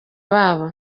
babo